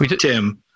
Tim